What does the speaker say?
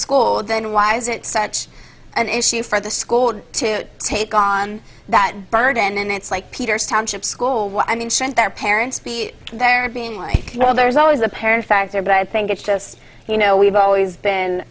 school then why is it such an issue for the school to take on that burden and it's like peters township school what i mean shouldn't their parents be they're being like well there's always the parent factor but i think it's just you know we've always been